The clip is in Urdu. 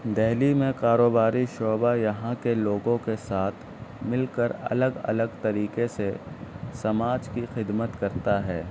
دہلی میں کاروباری شعبہ یہاں کے لوگوں کے ساتھ مل کر الگ الگ طریقے سے سماج کی خدمت کرتا ہے